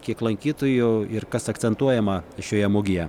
kiek lankytojų ir kas akcentuojama šioje mugėje